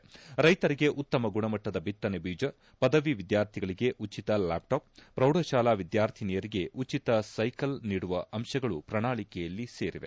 ರ್ಲೆತರಿಗೆ ಉತ್ತಮ ಗುಣಮಟ್ಟದ ಬಿತ್ತನೆ ಬೀಜ ಪದವಿ ವಿದ್ಯಾರ್ಥಿಗಳಿಗೆ ಉಚಿತ ಲ್ಲಾಪ್ಟಾಪ್ ಪ್ರೌಢಶಾಲಾ ವಿದ್ವಾರ್ಥಿನಿಯರಿಗೆ ಉಚಿತ ಸೈಕಲ್ ನೀಡುವ ಅಂಶಗಳು ಪ್ರಣಾಳಕೆಯಲ್ಲಿ ಸೇರಿವೆ